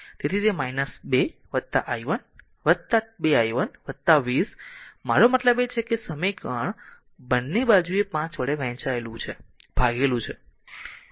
તેથી તે 2 i 1 2 i 1 20 મારો મતલબ છે કે આ સમીકરણ બંને બાજુએ 5 વડે વહેંચાયેલું ભાગેલું છે